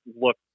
look